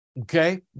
okay